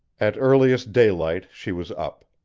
at earliest daylight she was up.